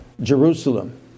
Jerusalem